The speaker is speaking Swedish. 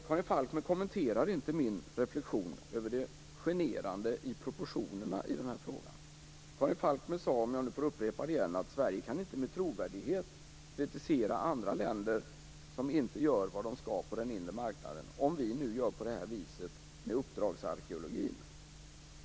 Karin Falkmer kommenterar inte min reflexion över det generande när det gäller proportionerna i den här frågan. Karin Falkmer sade att Sverige inte med trovärdighet kan kritisera andra länder som inte gör det som de skall göra på den inre marknaden, om vi behandlar uppdragsarkeologin på det här viset.